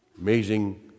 Amazing